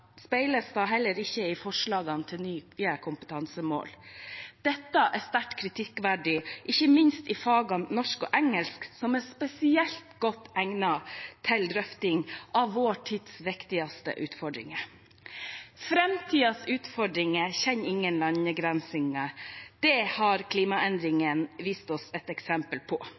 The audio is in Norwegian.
da heller ikke i forslagene til nye kompetansemål. Dette er sterkt kritikkverdig, ikke minst i fagene norsk og engelsk, som er spesielt godt egnet til drøfting av vår tids viktigste utfordringer. Framtidens utfordringer kjenner ingen landegrenser. Det har klimaendringene vist oss eksempler på.